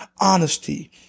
honesty